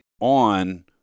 on